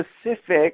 specific